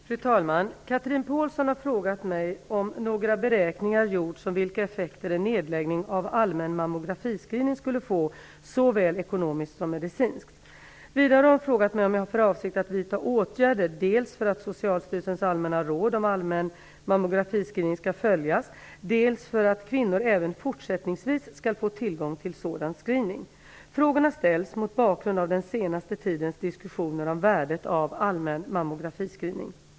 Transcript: Fru talman! Chatrine Pålsson har frågat mig om några beräkningar gjorts om vilka effekter en nedläggning av allmän mammografiscreening skulle få såväl ekonomiskt som medicinskt. Vidare har hon frågat om jag har för avsikt att vidta åtgärder dels för att Socialstyrelsens allmänna råd om allmän mammografiscreening skall följas, dels för att kvinnor även fortsättningsvis skall få tillgång till sådan screening. Frågorna ställs mot bakgrund av den senaste tidens diskussioner om värdet av allmän mammograficreening.